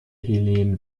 helen